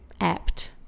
apt